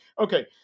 Okay